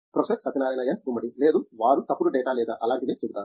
professor Satyanarayana N Gummadi లేదా వారు తప్పుడు డేటా లేదా అలాంటిదే చెబుతారు